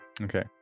okay